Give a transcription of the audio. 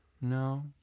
No